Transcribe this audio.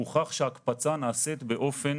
הוכח שהקפצה נעשית באופן